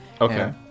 Okay